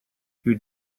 you